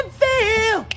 feel